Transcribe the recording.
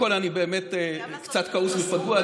קודם כול, אני באמת קצת כעוס ופגוע.